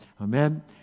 Amen